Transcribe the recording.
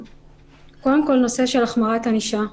קודם כל נושא של החמרת ענישה,